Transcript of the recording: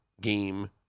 game